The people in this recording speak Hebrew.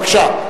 בבקשה.